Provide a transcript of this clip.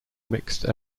mixed